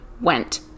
went